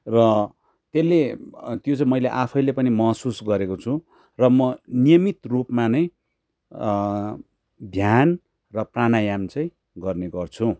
र त्यसले त्यो चाहिँ मैले आफैले पनि महसुस गरेको छु र म नियमित रूपमा नै ध्यान र प्राणायाम चाहिँ गर्ने गर्छु